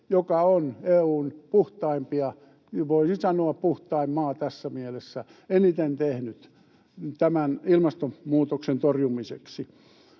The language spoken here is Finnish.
joka on EU:n puhtaimpia, voisin sanoa, puhtain maa tässä mielessä, eniten tehnyt tämän ilmastonmuutoksen torjumiseksi.